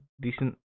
decent